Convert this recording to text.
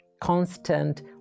constant